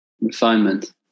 Refinement